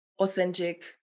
authentic